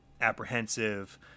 apprehensive